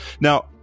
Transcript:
Now